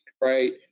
right